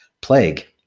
plague